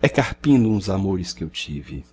é carpindo uns amores que eu tive